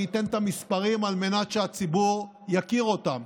אני אתן את המספרים על מנת שהציבור יכיר אותם.